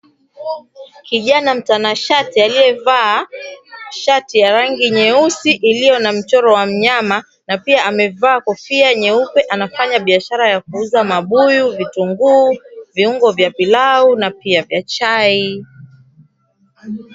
Kijiana mtanashati aliyevaa shati ya rangi nyeusi iliyo na mchoro wa mnyama na pia amevaa kofia nyeupe, anafanya biashara ya kuuza mabuyu, vitunguu, viungo vya pilau pia na viungo vya chai.